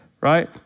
Right